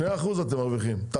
2% אתם מרווחים?